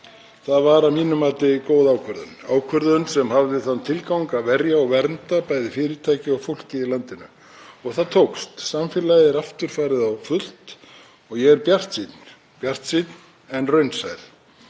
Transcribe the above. Það var að mínu mati góð ákvörðun, ákvörðun sem hafði þann tilgang að verja og vernda bæði fyrirtæki og fólkið í landinu og það tókst. Samfélagið er aftur farið á fullt og ég er bjartsýnn, bjartsýnn en raunsær.